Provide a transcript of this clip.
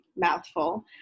mouthful